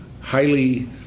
highly